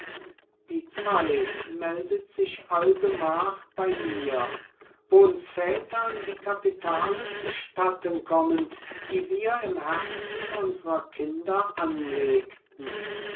die zeit meldet sich allgemach bei mir wo uns vätern die kapitale zu statten kommen die wir im herzen unsrer kinder anlegten wirst